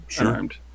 armed